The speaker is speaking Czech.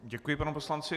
Děkuji panu poslanci.